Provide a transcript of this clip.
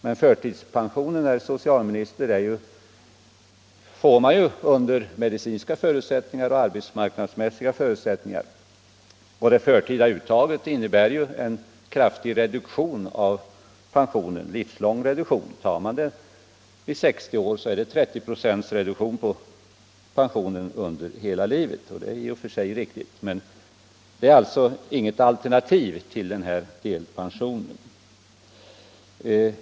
Men förtidspension, herr socialminister, får man ju av medicinska skäl och under arbetsmarknadsmässiga förutsättningar, och det förtida uttaget innebär ju en kraftig livslång reduktion av pensionen. Tar man förtidspension vid 60 år blir pensionen reducerad med 30 96 under hela livet. Det är i och för sig riktigt, men förtida uttag är alltså inget alternativ till delpension.